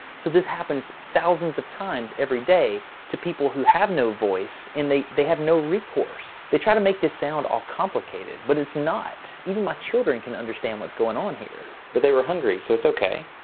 so this happens thousands of times every day to people who have no voice and they they have no recourse. they try to make this sound all complicated, but it's not. even my children can understand what's going on here. but they were hungry, so it's ok?